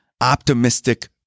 optimistic